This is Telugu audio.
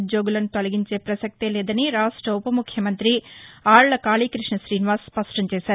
ఉద్యోగులను తెలగించే వసక్తేలేదని రాష్ట ఉవ ముఖ్యమంతి అళ్ల కాళీకృష్ణ త్రీనివాస్ న్పష్టంచేశారు